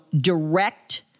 direct